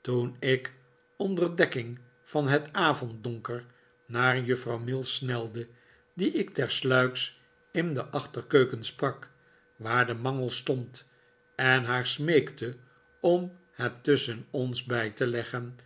toen ik onder dekking van het avonddonker naar juffrouw mills snelde die ik tersluiks in de achterkeuken sprak waar de mangel stond en haar smeekte om het tusschen ons bij te leggen